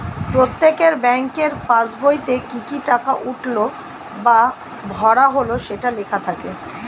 প্রত্যেকের ব্যাংকের পাসবইতে কি কি টাকা উঠলো বা ভরা হলো সেটা লেখা থাকে